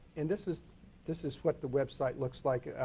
and this is this is what the website looks like.